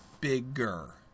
bigger